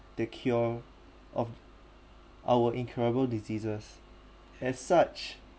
the cure of our incurable diseases as such